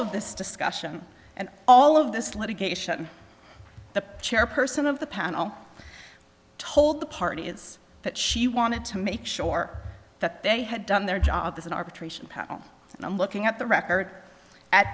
of this discussion and all of this litigation the chairperson of the panel told the party is that she wanted to make sure that they had done their job as an arbitration panel and i'm looking at the record at